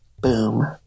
Boom